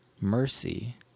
Mercy